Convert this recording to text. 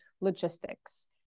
logistics